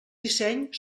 disseny